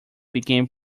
began